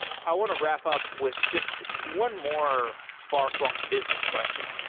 i want to wrap up with just one more far flung business question.